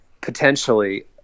potentially